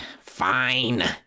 Fine